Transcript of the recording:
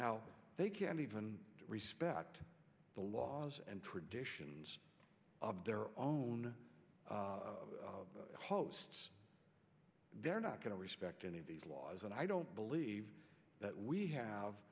now they can't even respect the laws and traditions of their own hosts they're not going to respect any of these laws and i don't believe that we have